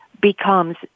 becomes